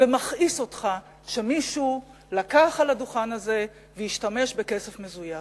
ומכעיס אותך שמישהו לקח על הדוכן הזה והשתמש בכסף מזויף,